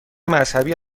مذهبی